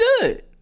good